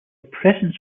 presence